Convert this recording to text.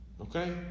Okay